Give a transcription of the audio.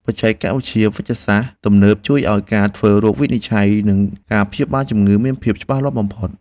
បច្ចេកវិទ្យាវេជ្ជសាស្ត្រទំនើបជួយឱ្យការធ្វើរោគវិនិច្ឆ័យ និងការព្យាបាលជំងឺមានភាពច្បាស់លាស់បំផុត។